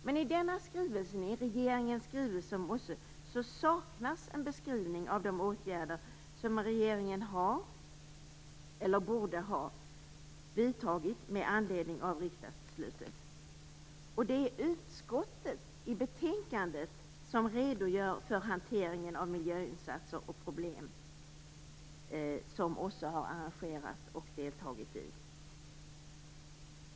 Men i regeringens skrivelse om OSSE saknas en beskrivning av de åtgärder som regeringen har eller borde ha vidtagit med anledning av riksdagsbeslutet. Det är utskottet som i betänkandet redogör för den hantering av miljöinsatser och problem som OSSE har arrangerat och deltagit i.